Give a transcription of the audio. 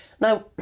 Now